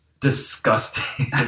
disgusting